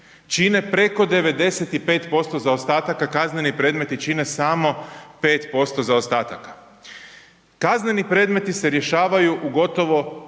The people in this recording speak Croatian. čine preko 95% zaostataka, kazneni predmeti čine samo 5% zaostataka. Kazneni predmeti se rješavaju u gotovo